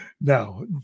no